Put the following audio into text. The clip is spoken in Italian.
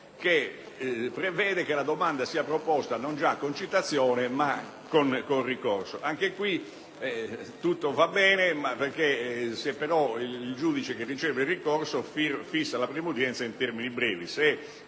quale prevede che la domanda sia proposta non già con citazione ma con ricorso. Però, tutto va bene solo se il giudice che riceve il ricorso fissa la prima udienza in termini brevi;